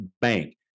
bank